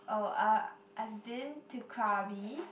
oh uh I've been to Krabi